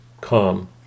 calm